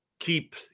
keep